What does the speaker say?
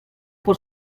por